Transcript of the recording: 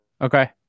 Okay